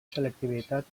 selectivitat